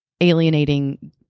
alienating